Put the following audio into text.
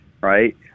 right